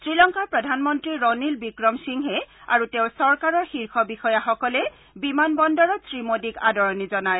শ্ৰীলংকাৰ প্ৰধানমন্তী ৰনিল বিক্ৰমসিংহেই আৰু তেওঁৰ চৰকাৰৰ শীৰ্ষ বিষয়াসকলে বিমান বন্দৰত শ্ৰীমোডীক আদৰণি জনায়